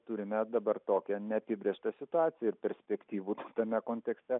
turime dabar tokią neapibrėžtą situaciją ir perspektyvų tame kontekste